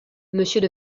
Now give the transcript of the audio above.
monsieur